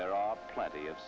there are plenty of